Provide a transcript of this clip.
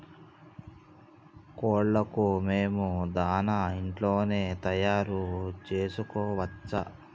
కోళ్లకు మేము దాణా ఇంట్లోనే తయారు చేసుకోవచ్చా?